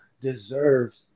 deserves